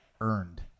earned